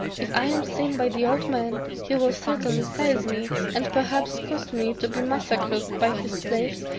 if i am seen by the old man, he will certainly seize me, and perhaps cause me to be massacred by his slaves,